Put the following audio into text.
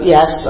Yes